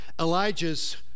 Elijah's